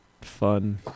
fun